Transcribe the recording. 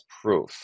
proof